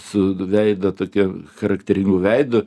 su veido tokia charakteringu veidu